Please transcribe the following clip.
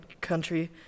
country